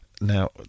Now